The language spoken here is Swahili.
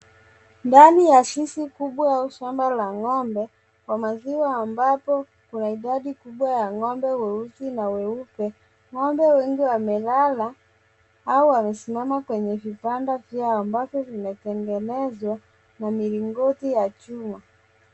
Ndani ya zizi kubwa au shamba la ng'ombe wa maziwa ambapo kuna idadi kubwa ya ng'ombe weusi na weupe.Ng'ombe wengi wamelala au wamesimama kwenye vitanda vyao ambavyo vimetengenezwa na milingoti ya chuma.